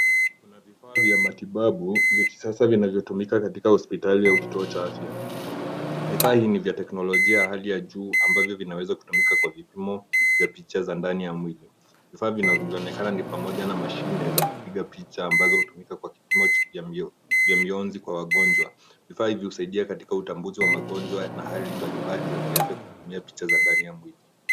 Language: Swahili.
Kuna vifaa vya matibabu, hivi ni kisasa na hutumika katika hospitali au vituo vya afya. Vifaa hivi ni vya teknolojia ya hali ya juu, ambavyo vina uwezo wa kutumika kwa vipimo vya picha za ndani ya mwili. Vifaa vina skrini pamoja na mashine zinazopiga picha ambazo hutumika kwa vipimo vya mionzi kwa ajili ya magonjwa. Vifaa hivi ni msaada katika utambuzi wa magonjwa na matatizo mbalimbali ya kiafya kupitia picha za ndani ya mwili.